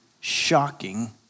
shocking